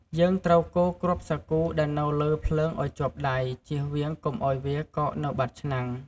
យើងត្រូវកូរគ្រាប់សាគូ ដែលនៅលើភ្លើងឲ្យជាប់ដៃ ជៀសវាងកុំឲ្យវាកកនៅបាតឆ្នាំង។